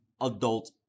adult